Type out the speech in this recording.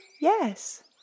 Yes